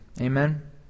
Amen